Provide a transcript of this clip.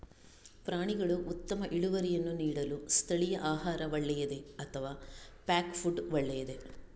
ಪ್ರಾಣಿಗಳು ಉತ್ತಮ ಇಳುವರಿಯನ್ನು ನೀಡಲು ಸ್ಥಳೀಯ ಆಹಾರ ಒಳ್ಳೆಯದೇ ಅಥವಾ ಪ್ಯಾಕ್ ಫುಡ್ ಒಳ್ಳೆಯದೇ?